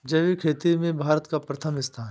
जैविक खेती में भारत का प्रथम स्थान